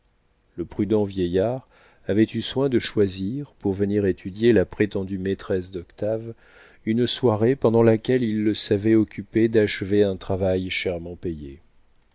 le prudent vieillard avait eu soin de choisir pour venir étudier la prétendue maîtresse d'octave une soirée pendant laquelle il le savait occupé d'achever un travail chèrement payé